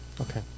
Okay